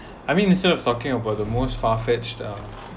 I mean instead of talking about the most far fetched um